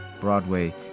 Broadway